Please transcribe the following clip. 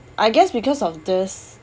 I guess because of this